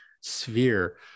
sphere